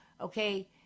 Okay